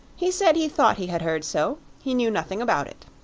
he said he thought he had heard so he knew nothing about it.